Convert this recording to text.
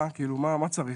מה צריך?